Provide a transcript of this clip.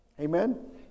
Amen